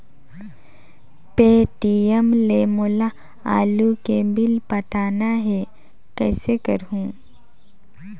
Paytm ले मोला आलू के बिल पटाना हे, कइसे करहुँ?